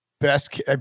best